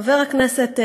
חבר הכנסת גואטה,